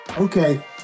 Okay